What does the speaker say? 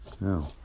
No